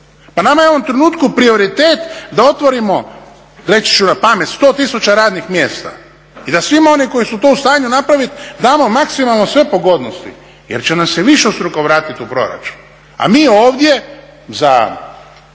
Pa nama je u ovom trenutku prioritet da otvorimo, reći ću napamet, 100 000 radnih mjesta i da svima onima koji su to u stanju napravit damo maksimalno sve pogodnosti jer će nam se višestruko vratit u proračun. A mi ovdje za